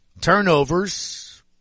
Turnovers